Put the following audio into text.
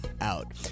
out